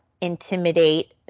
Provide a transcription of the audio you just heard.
intimidate